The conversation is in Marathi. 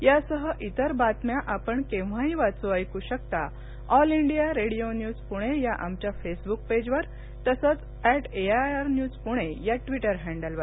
यासह इतर बातम्या आपण केव्हाही वाचू ऐकू शकता All India Radio News Pune या आमच्या फेसब्क पेजवर तसंच ऍट एआयआर न्यूज पुणे या ट्विटर हँडलवर